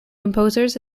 composers